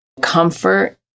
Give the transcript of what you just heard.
comfort